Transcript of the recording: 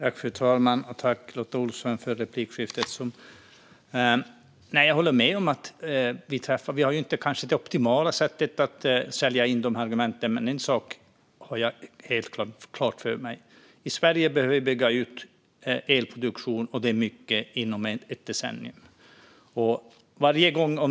Fru talman! Tack, Lotta Olsson, för replikskiftet! Jag håller med om att vi inte har det optimala sättet att sälja in argumenten. Men en sak har jag helt klar för mig: I Sverige behöver vi bygga ut elproduktionen, och det mycket, inom ett decennium.